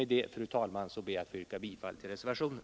Med det anförda, fru talman, ber jag att få yrka bifall till reservationen.